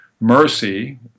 mercy